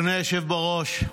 אדוני היושב בראש,